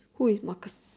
who is Marcus